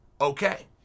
Okay